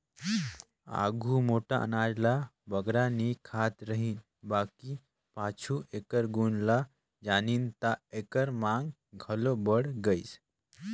आघु मोट अनाज ल बगरा नी खात रहिन बकि पाछू एकर गुन ल जानिन ता एकर मांग घलो बढ़त गइस